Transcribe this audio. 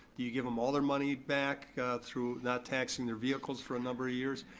you give them all their money back through not taxing their vehicles for a number of years.